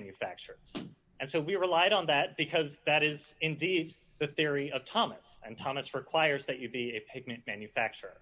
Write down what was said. manufacturers and so we relied on that because that is indeed the theory of thomas and thomas requires that you be a pigment manufacturer